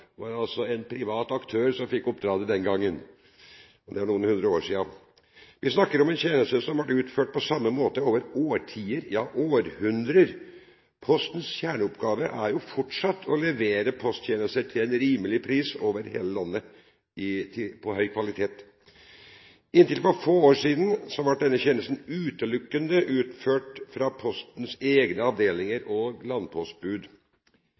var det altså en privat aktør som fikk oppdraget den gangen. Det er noen hundre år siden. Vi snakker om en tjeneste som har vært utført på samme måte i årtier, ja, århundrer. Postens kjerneoppgave er fortsatt å levere posttjenester til en rimelig pris og av høy kvalitet over hele landet. Inntil for få år siden ble denne tjenesten utelukkende utført av Postens egne avdelinger og landpostbud.